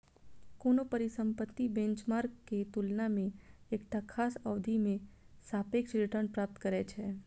कोनो परिसंपत्ति बेंचमार्क के तुलना मे एकटा खास अवधि मे सापेक्ष रिटर्न प्राप्त करै छै